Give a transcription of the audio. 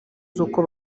z’uko